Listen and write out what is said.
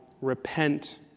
repent